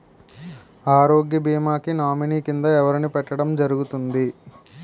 ఆరోగ్య భీమా కి నామినీ కిందా ఎవరిని పెట్టడం జరుగతుంది?